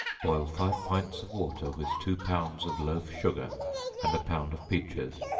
boil five pints of water with two pounds of loaf-sugar and a pound of peaches,